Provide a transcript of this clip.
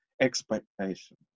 expectation